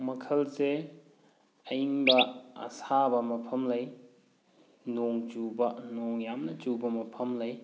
ꯃꯈꯜꯁꯦ ꯑꯌꯤꯡꯕ ꯑꯁꯥꯕ ꯃꯐꯝ ꯂꯩ ꯅꯣꯡ ꯆꯨꯕ ꯅꯣꯡ ꯌꯥꯝꯅ ꯆꯨꯕ ꯃꯐꯝ ꯂꯩ